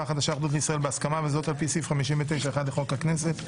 חדשה-אחדות לישראל בהסכמה וזאת על פי סעיף 59(1) לחוק הכנסת,